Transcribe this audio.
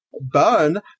Burn